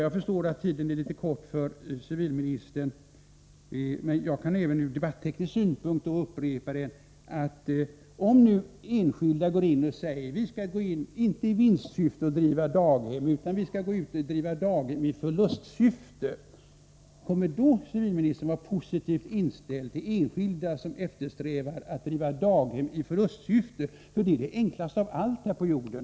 Jag förstår att tiden är litet kort för civilministern, men jag vill även från debatteknisk synpunkt upprepa den: Om nu enskilda säger att de vill driva daghem inte i vinstsyfte utan i förlustsyfte, kommer då civilministern att vara positivt inställd till enskilda som strävar efter att driva daghem? Att gå med förlust är ju det enklaste av allt här på jorden.